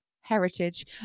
heritage